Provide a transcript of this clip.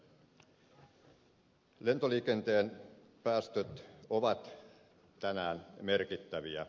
lentoliikenteen päästöt ovat tänään merkittäviä